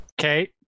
Okay